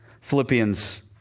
Philippians